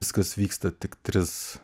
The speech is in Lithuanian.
viskas vyksta tik tris